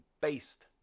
based